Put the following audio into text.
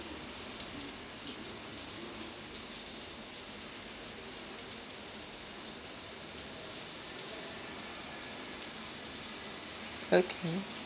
okay